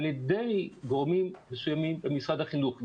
על ידי גורמים שונים במשרד החינוך.